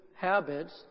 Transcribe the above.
habits